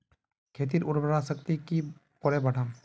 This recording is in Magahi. खेतीर उर्वरा शक्ति की करे बढ़ाम?